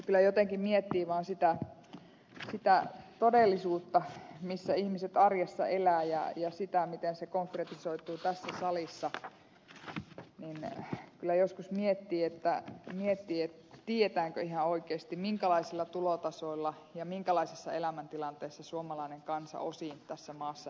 kyllä jotenkin miettii vaan sitä todellisuutta missä ihmiset arjessa elävät ja sitä miten se konkretisoituu tässä salissa ja kyllä joskus miettii tiedetäänkö ihan oikeasti minkälaisilla tulotasoilla ja minkälaisissa elämäntilanteissa suomalainen kansa osin tässä maassa elää